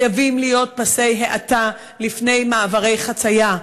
חייבים להיות פסי האטה לפני מעברי חציה,